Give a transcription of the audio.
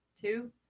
two